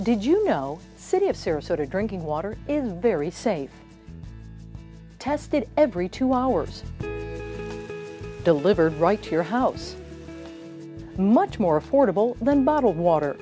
did you know city of sarasota drinking water is very safe tested every two hours delivered right to your house much more affordable than bottled water